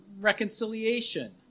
reconciliation